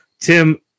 Tim